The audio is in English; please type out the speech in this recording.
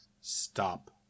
stop